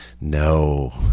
no